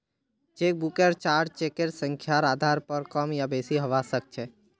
चेकबुकेर चार्ज चेकेर संख्यार आधार पर कम या बेसि हवा सक्छे